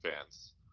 fans